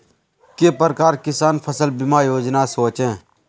के प्रकार किसान फसल बीमा योजना सोचें?